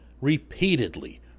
repeatedly